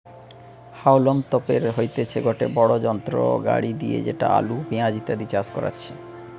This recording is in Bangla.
হাউলম তোপের হইতেছে গটে বড়ো যন্ত্র গাড়ি যেটি দিয়া আলু, পেঁয়াজ ইত্যাদি চাষ করাচ্ছে